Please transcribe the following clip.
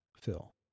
Phil